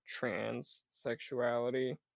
transsexuality